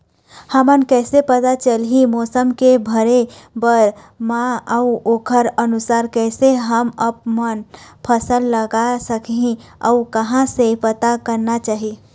हमन कैसे पता चलही मौसम के भरे बर मा अउ ओकर अनुसार कैसे हम आपमन फसल लगा सकही अउ कहां से पता करना चाही?